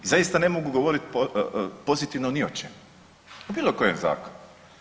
Zaista ne mogu govoriti pozitivno ni o čemu, o bilo kojem zakonu.